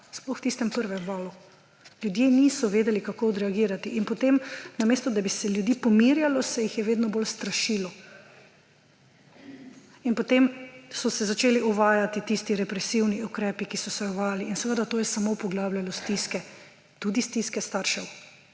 sploh v tistem prvem valu. Ljudje niso vedeli, kako odreagirati in potem, namesto da bi se ljudi pomirjalo, se jih je vedno bolj strašilo. In potem so se začeli uvajati tisti represivni ukrepi, ki so se uvajal in seveda, to je samo poglabljalo stiske, tudi stiske staršev.